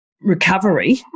recovery